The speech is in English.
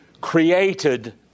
created